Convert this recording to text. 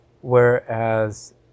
whereas